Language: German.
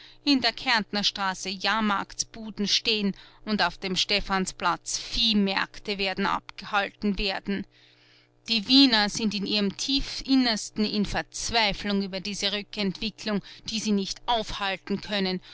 in der kärntnerstraße jahrmarktsbuden stehen und auf dem stephansplatz viehmärkte werden abgehalten werden die wiener sind in ihrem tiefinnersten in verzweiflung über diese rückentwicklung die sie nicht aufhalten können